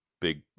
big